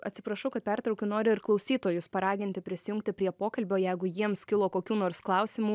atsiprašau kad pertraukiu noriu ir klausytojus paraginti prisijungti prie pokalbio jeigu jiems kilo kokių nors klausimų